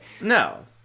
no